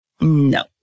no